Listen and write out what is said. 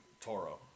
Toro